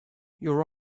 your